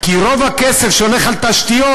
כי רוב הכסף שהולך על תשתיות,